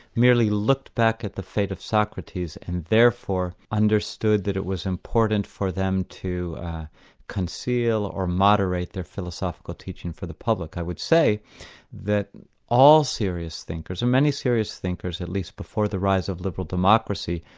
merely looked back at the fate of socrates and therefore understood that it was important for them to conceal or moderate their philosophical teaching for the public. i would say that all serious thinkers, and many serious thinkers at least before the rise of liberal democracy,